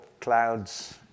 clouds